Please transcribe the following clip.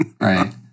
right